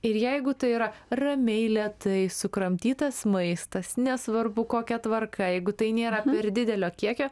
ir jeigu tai yra ramiai lėtai sukramtytas maistas nesvarbu kokia tvarka jeigu tai nėra per didelio kiekio